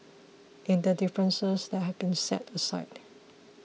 in the differences that have been set aside